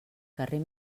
carrer